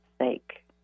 sake